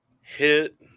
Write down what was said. hit